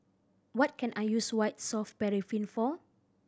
what can I use White Soft Paraffin for